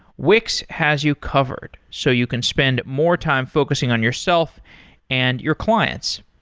wix has you covered, so you can spend more time focusing on yourself and your clients.